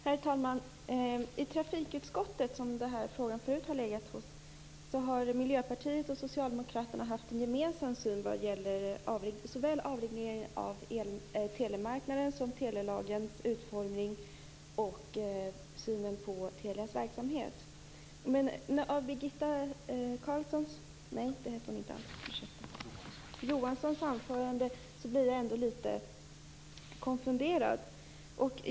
Herr talman! I trafikutskottet, som denna fråga tidigare lydde under, har Miljöpartiet och Socialdemokraterna haft en gemensam syn på såväl avregleringen av telemarknaden som telelagens utformning och Telias verksamhet. Men av Birgitta Johansson blir jag litet konfunderad.